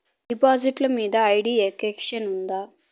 డిపాజిట్లు మీద IT exemption ఉందా?